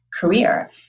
career